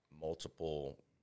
multiple